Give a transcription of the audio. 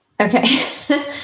Okay